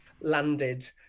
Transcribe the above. landed